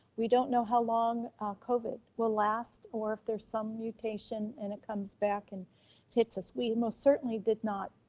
we don't know how long covid will last, or if there's some mutation and it comes back and hits us, we most certainly did not.